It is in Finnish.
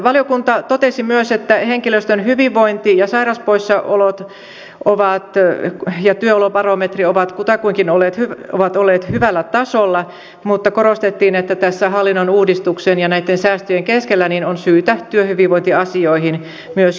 valiokunta totesi myös että henkilöstön hyvinvointi ja sairauspoissaolot ja työolobarometri ovat kutakuinkin olleet hyvällä tasolla mutta korostettiin että tässä hallinnonuudistuksen ja näitten säästöjen keskellä on syytä myös työhyvinvointiasioihin kiinnittää huomiota